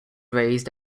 raised